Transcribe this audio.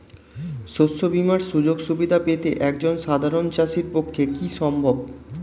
শস্য বীমার সুযোগ সুবিধা পেতে একজন সাধারন চাষির পক্ষে কি সম্ভব?